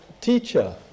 teacher